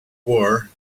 war